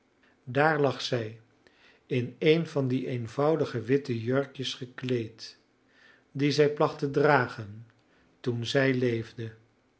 daar lag zij in een van die eenvoudige witte jurkjes gekleed die zij placht te dragen toen zij leefde